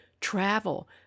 travel